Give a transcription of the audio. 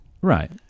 Right